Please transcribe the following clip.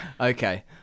okay